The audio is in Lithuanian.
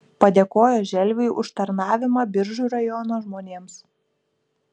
padėkojo želviui už tarnavimą biržų rajono žmonėms